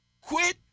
Quit